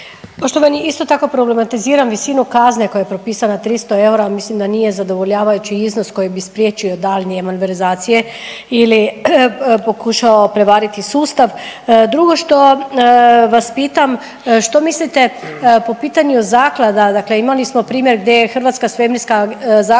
Poštovani isto tako problematiziram visinu kazne koja je propisana 300 eura, mislim da nije zadovoljavajući iznos koji bi spriječio daljnje vandalizacije ili pokušao prevariti sustav. Drugo što vas pitam što mislite po pitanju zaklada dakle imali smo primjer gdje je Hrvatska svemirska zaklada